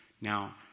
Now